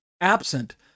absent